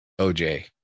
OJ